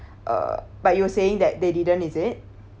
uh but you were saying that they didn't is it